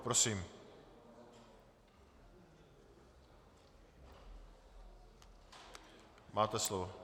Prosím, máte slovo.